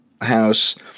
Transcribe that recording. house